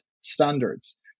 standards